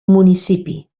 municipi